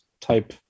type